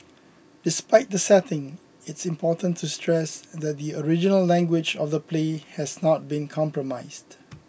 despite the setting it's important to stress that the original language of the play has not been compromised